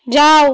যাও